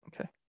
Okay